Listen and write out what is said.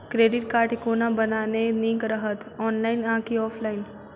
Credit card कोना बनेनाय नीक रहत? ऑनलाइन आ की ऑफलाइन?